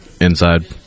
inside